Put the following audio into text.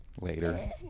Later